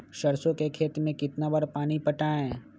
सरसों के खेत मे कितना बार पानी पटाये?